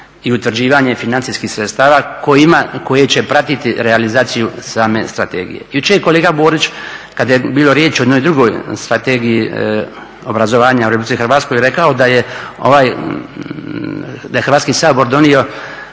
i utvrđivanje financijskih sredstava koje će pratiti realizaciju same strategije. Jučer je kolega Borić kada je bilo riječ o jednoj drugoj Strategiji obrazovanja u Republici Hrvatskoj rekao da je Hrvatski sabor donio